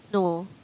no